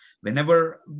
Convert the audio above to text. whenever